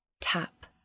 Tap